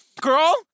Girl